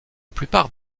plupart